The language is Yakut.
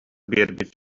биэрбит